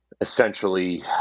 essentially